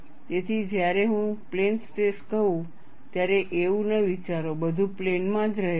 તેથી જ્યારે હું પ્લેન સ્ટ્રેસ કહું ત્યારે એવું ન વિચારો બધું પ્લેનમાં જ રહે છે